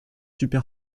super